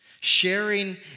Sharing